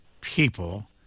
people